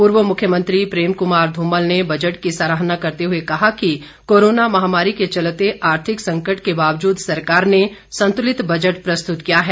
पूर्व मुख्यमंत्री प्रेम कुमार धूमल ने बजट की सराहना करते हुए कहा कि कोरोना महामारी के चलते आर्थिक संकट के बावजूद सरकार ने संतुलित बजट प्रस्तुत किया है